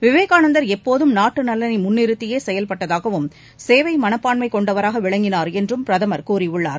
விவேகானந்தர் எப்போதும் நாட்டு நலனை முன்னிறுத்தியே செயல்பட்டதாகவும் சேவை மனப்பான்மை கொண்டவராக விளங்கினார் என்றும் பிரதமர் கூறியுள்ளார்